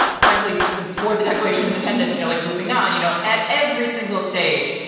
frankly, even before the declaration of independence, you know, like moving on. you know, at every single stage,